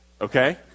okay